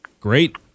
great